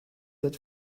that